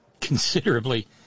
considerably